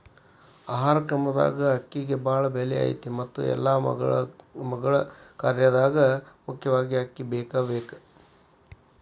ಆಹಾರ ಕ್ರಮದಾಗ ಅಕ್ಕಿಗೆ ಬಾಳ ಬೆಲೆ ಐತಿ ಮತ್ತ ಎಲ್ಲಾ ಮಗಳ ಕಾರ್ಯದಾಗು ಮುಖ್ಯವಾಗಿ ಅಕ್ಕಿ ಬೇಕಬೇಕ